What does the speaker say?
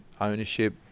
Ownership